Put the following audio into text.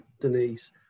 Denise